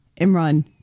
Imran